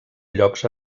llocs